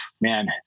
Man